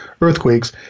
earthquakes